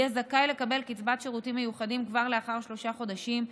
יהא זכאי לקבל קצבת שירותים מיוחדים כבר לאחר שלושה חודשים,